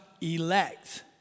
elect